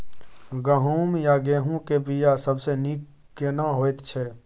गहूम या गेहूं के बिया सबसे नीक केना होयत छै?